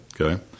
Okay